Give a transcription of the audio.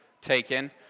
taken